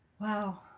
Wow